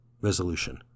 Resolution